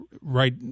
right